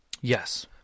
Yes